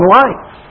life